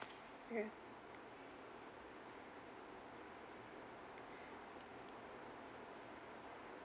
okay